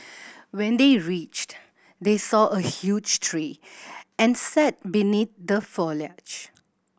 when they reached they saw a huge tree and sat beneath the foliage